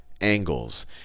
angles